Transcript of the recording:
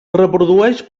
reprodueix